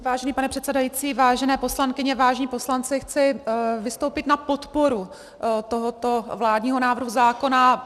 Vážený pane předsedající, vážené poslankyně, vážení poslanci, chci vystoupit na podporu tohoto vládního návrhu zákona.